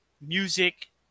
music